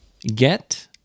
get